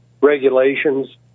regulations